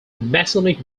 masonic